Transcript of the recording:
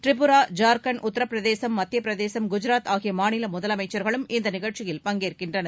திரிபுரா ஜார்க்கண்ட் உத்தரப்பிரதேசம் மத்திய பிரதேசம் குஜராத் ஆகிய மாநில முதலமைச்சர்களும் இந்த நிகழ்ச்சியில் பங்கேற்கின்றனர்